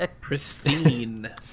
Pristine